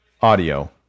audio